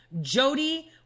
Jody